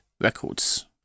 Records